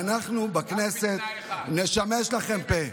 ואנחנו בכנסת נשמש לכם פה.